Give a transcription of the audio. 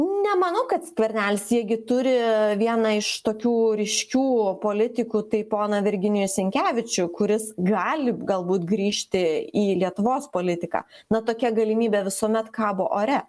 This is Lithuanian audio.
nemanau kad skvernelis irgi turi vieną iš tokių ryškių politikų tai poną virginijų sinkevičių kuris gali galbūt grįžti į lietuvos politiką na tokia galimybė visuomet kabo ore